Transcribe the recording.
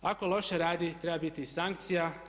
Ako loše radi treba biti i sankcija.